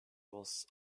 was